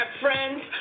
friends